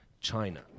china